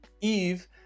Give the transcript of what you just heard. Eve